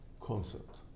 concept